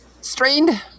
strained